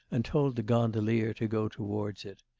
and told the gondolier to go towards it.